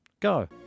Go